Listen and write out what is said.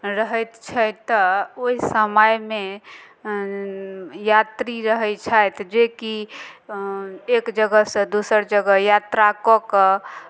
रहैत छथि तऽ ओहि समयमे यात्री रहै छथि जेकि एक जगहसँ दोसर जगह यात्रा कऽ कऽ